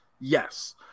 Yes